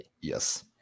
yes